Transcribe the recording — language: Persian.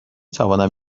توانم